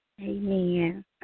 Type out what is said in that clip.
Amen